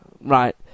Right